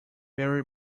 very